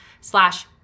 slash